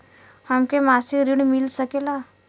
हमके मासिक ऋण मिल सकेला?